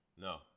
No